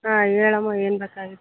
ಹಾಂ ಹೇಳಮ್ಮ ಏನು ಬೇಕಾಗಿತ್ತು